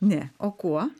ne o kuo